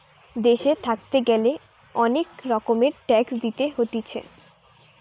দেশে থাকতে গ্যালে অনেক রকমের ট্যাক্স দিতে হতিছে